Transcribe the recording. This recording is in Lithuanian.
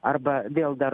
arba vėl dar